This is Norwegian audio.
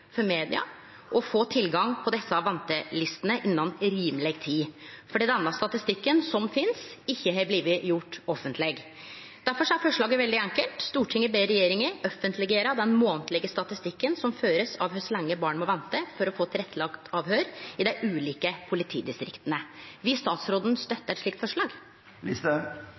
for media å få tilgang på desse ventelistene innan rimeleg tid fordi den statistikken som finst, ikkje har blitt gjord offentleg. Difor er forslaget veldig enkelt: Stortinget ber regjeringa offentleggjere den månadlege statistikken som blir ført over kor lenge barn må vente på å få tilrettelagd avhøyr i dei ulike politidistrikta. Vil statsråden støtte eit slikt